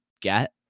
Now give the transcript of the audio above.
get